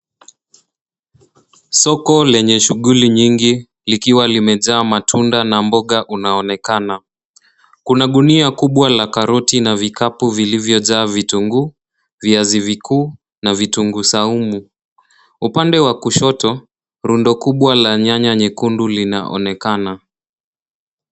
Soko lenye shuguli nyingi likiwa limejaa matunda na mboga unaonekana. Kuna guni akubwa la karoti na vikapu vilivyojaa vitunguu, viazi vikuu na vitunguu saumu. Upande wa kushoto rundo kubwa la nyanya nyekundu linaonekana.